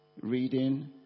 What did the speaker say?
Reading